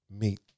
meet